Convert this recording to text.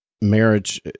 marriage